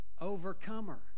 overcomer